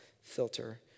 filter